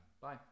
Bye